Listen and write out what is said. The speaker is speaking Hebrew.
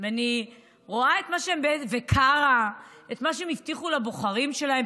וקארה ואני רואה את מה שהם הבטיחו לבוחרים שלהם,